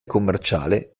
commerciale